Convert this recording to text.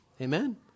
Amen